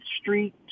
Street